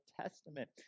Testament